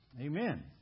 Amen